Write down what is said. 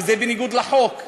וזה בניגוד לחוק.